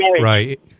right